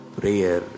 prayer